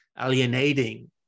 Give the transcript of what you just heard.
alienating